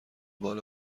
بال